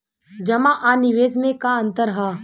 जमा आ निवेश में का अंतर ह?